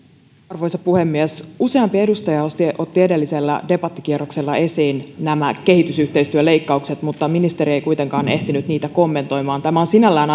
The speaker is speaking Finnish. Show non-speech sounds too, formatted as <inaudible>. arvoisa puhemies useampi edustaja otti edellisellä debattikierroksella esiin kehitysyhteistyöleikkaukset mutta ministeri ei kuitenkaan ehtinyt niitä kommentoimaan tämä on sinällään <unintelligible>